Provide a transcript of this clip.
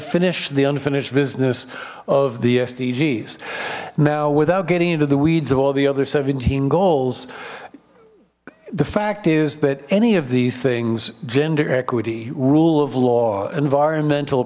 finish the unfinished business of the sdgs now without getting into the weeds of all the other seventeen goals the fact is that any of these things gender equity rule of law environmental